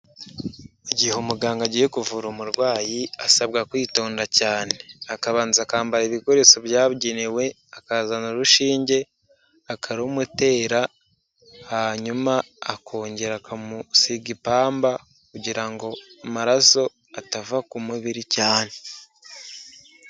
Igihe umuganga agiye kuvura umurwayi asabwa kwitonda cyane, akabanza akambara ibikoresho byabugenewe akazana urushinge akarumutera, hanyuma akongera akamusiga ipamba kugira ngo amaraso atava ku mubiri cyane.